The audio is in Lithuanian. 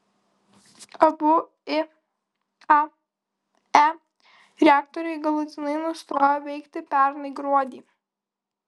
abu iae reaktoriai galutinai nustojo veikti pernai gruodį